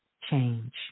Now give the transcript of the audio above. change